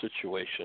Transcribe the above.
situation